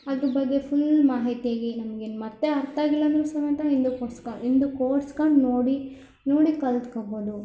ಅದರ ಬಗ್ಗೆ ಫುಲ್ ಮಾಹಿತಿ ನಮಗೆ ಮತ್ತೆ ಅರ್ಥಾಗಿಲ್ಲಾಂದ್ರೂ ಸಮೇತ ಹಿಂದಕ್ಕೆ ಓಡಿಸ್ಕ ಹಿಂದಕ್ಕೆ ಓಡಿಸ್ಕೊಂಡು ನೋಡಿ ನೋಡಿ ಕಲಿತ್ಕೋಬೋದು